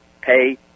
pay